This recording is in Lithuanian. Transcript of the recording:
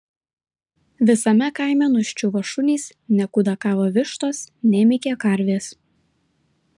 visame kaime nuščiuvo šunys nekudakavo vištos nemykė karvės